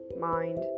mind